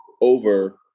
over